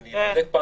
נבדק?